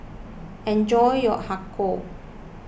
enjoy your Har Kow